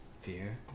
fear